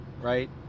right